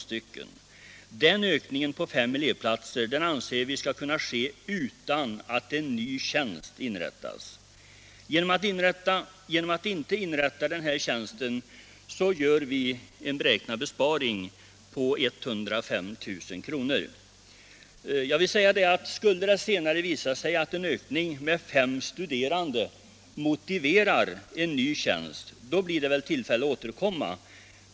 Vi anser att den ökningen på fem elevplatser skall kunna ske utan att en ny tjänst inrättas. Genom att inte inrätta tjänsten gör vi en beräknad besparing på 105 000 kr. Skulle det senare visa sig att en ökning med fem studerande motiverar en ny tjänst, blir det väl tillfälle att återkomma.